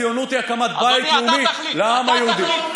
הציונות היא הקמת בית לאומי לעם היהודי.